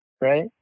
Right